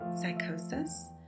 psychosis